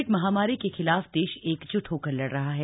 Covid महामारी के खिलाफ देश एकजुट होकर लड़ रहा है